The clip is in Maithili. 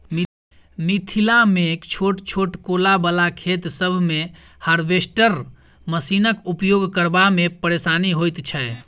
मिथिलामे छोट छोट कोला बला खेत सभ मे हार्वेस्टर मशीनक उपयोग करबा मे परेशानी होइत छै